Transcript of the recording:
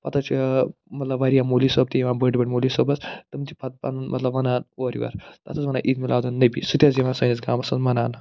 پتہٕ حظ چھِ مطلب واریاہ مولوی صٲب تہِ یِوان بٔڑۍ بٔڑۍ مولوی صٲب حظ تِم چھِ پتہٕ پَنُن مطلب وَنان اورٕ یورٕ تَتھ حظ وَنان عیٖدِ میٖلادُالنبی سُہ تہِ حظ یِوان سٲنِس گامَس منٛز مناونہٕ